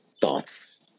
thoughts